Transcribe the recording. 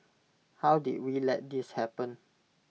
how did we let this happen